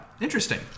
Interesting